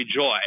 joy